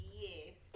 yes